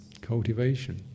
cultivation